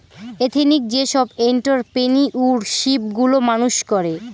ethnic যেসব entrepreneurship গুলো মানুষ করে